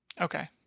Okay